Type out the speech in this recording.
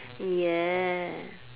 !eeyer!